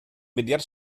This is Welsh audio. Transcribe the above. mudiad